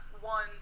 one